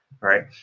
right